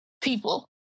people